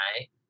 Right